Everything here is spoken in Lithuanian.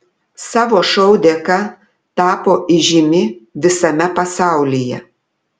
savo šou dėka tapo įžymi visame pasaulyje